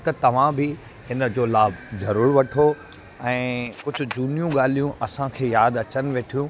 त तव्हां बि इन जो लाभु ज़रूरु वठो ऐं कुझु झूनियूं ॻाल्हियूं असांखे यादि अचनि वेठियूं